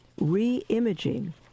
re-imaging